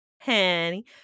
Honey